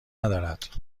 ندارد